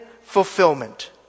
fulfillment